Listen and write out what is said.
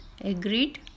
agreed